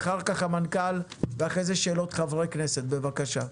אחר כך המנכ"ל ואחרי זה שאלות חברי הכנסת, בבקשה.